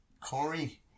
Corey